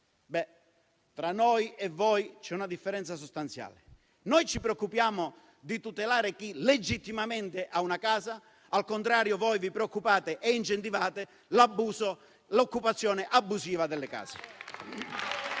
Tra noi e voi c'è una differenza sostanziale: noi ci preoccupiamo di tutelare chi legittimamente ha una casa, al contrario voi vi preoccupate e incentivate l'occupazione abusiva delle case.